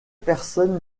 personne